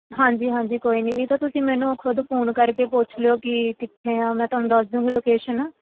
ਹਾਂਜੀ ਹਾਂਜੀ ਕੋਈ ਨਹੀਂ ਨਹੀਂ ਤਾਂ ਤੁਸੀਂ ਮੈਨੂੰ ਖੁਦ ਫੋਨ ਕਰਕੇ ਪੁੱਛ ਲਿਓ ਕਿ ਕਿੱਥੇ ਹਾਂ ਮੈਂ ਤੁਹਾਨੂੰ ਦੱਸ ਦੂੰਗੀ ਲੋਕੇਸ਼ਨ